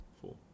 Four